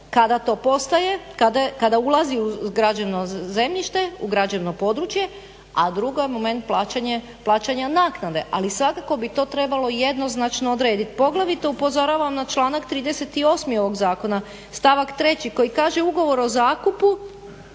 kada to postaje, kada ulazi u građevno zemljište, u građevno područje, a drugo je moment plaćanja naknade, ali svakako bi to trebalo jednoznačno odredit. Poglavito upozoravam na članak 38. ovog zakona stavak 3. koji kaže ugovor o zakupu